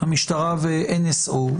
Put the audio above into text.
המשטרה ו-NSO.